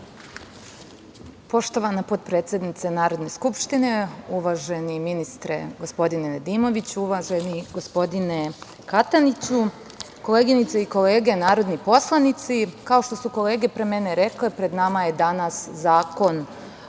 Poštovana potpredsednice Narodne skupštine, uvaženi ministre gospodine Nedimoviću, uvaženi gospodine Kataniću, koleginice i kolege narodni poslanici, kao što su kolege pre mene rekle, pred nama je danas zakon